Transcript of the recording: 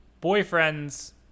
boyfriend's